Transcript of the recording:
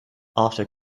after